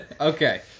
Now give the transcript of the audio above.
Okay